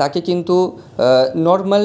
তাকে কিন্তু নর্মাল